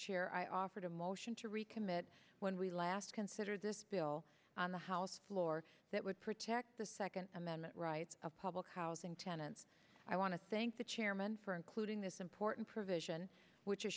chair i offered a motion to recommit when we last consider this bill on the house floor that would protect the second amendment rights a public housing tenant i want to thank the chairman for including this important provision which